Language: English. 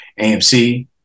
amc